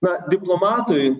na diplomatui